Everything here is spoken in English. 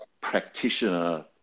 practitioner